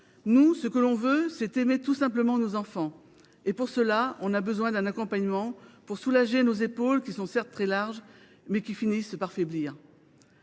Nous, ce que l’on veut, c’est aimer tout simplement nos enfants et, pour cela, on a besoin d’un accompagnement pour soulager nos épaules, qui sont certes très larges, mais qui finissent par faiblir…